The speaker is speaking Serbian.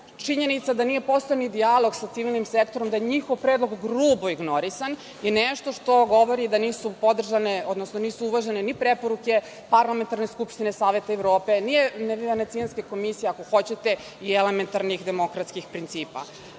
činjenica da nije postojao ni dijalog sa civilnim sektorom, da je njihov predlog grubo ignorisan, je nešto što govori da nisu uvažene ni preporuke Parlamentarne skupštine Saveta Evrope, Venecijanske komisije, ako hoćete, i elementarnih demokratskih principa. Jednog